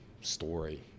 story